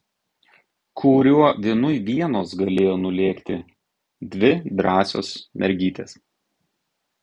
kuriuo vienui vienos galėjo nulėkti dvi drąsios mergytės